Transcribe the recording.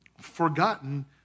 forgotten